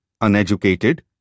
uneducated